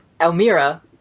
Elmira